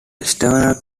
external